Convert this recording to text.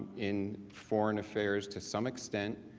in foreign affairs to some extent